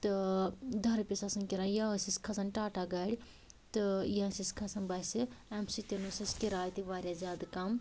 تہٕ دَہ رۄپیہِ آسہِ آسان کِراے یا ٲسۍ أسۍ کھسان ٹاٹا گاڑِ تہٕ یا ٲسۍ أسۍ کھسان بسہِ اَمہِ سۭتۍ ٲس اسہِ کِراے تہِ وارِیاہ زیادٕ کَم